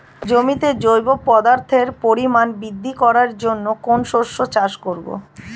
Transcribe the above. জমিতে জৈব পদার্থের পরিমাণ বৃদ্ধি করার জন্য কোন শস্যের চাষ করবো?